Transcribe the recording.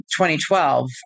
2012